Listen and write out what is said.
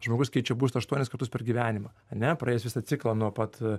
žmogus keičia būstą aštuonis kartus per gyvenimą ane praėjęs visą ciklą nuo pat